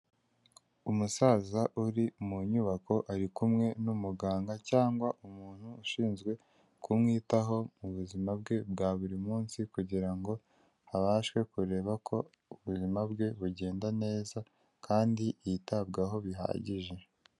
Umusaza uri mu nyubako ari kumwe n'umuganga cyangwa umuntu ushinzwe kumwitaho mu buzima bwe bwa buri munsi kugirango ngo abashewe kureba ko ubuzima bwe bugenda neza kandi yitabwaho bihagije.